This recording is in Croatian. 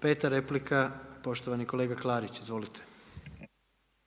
5 replika, poštovani kolega Klarić. Izvolite. **Klarić,